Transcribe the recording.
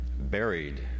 buried